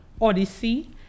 Odyssey